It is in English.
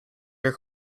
your